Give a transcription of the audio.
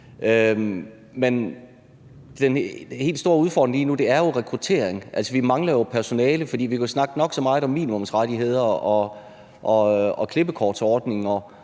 Men den helt store udfordring lige nu er jo rekruttering. Vi mangler personale. Vi kan snakke nok så meget om minimumsrettigheder og klippekortsordning,